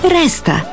resta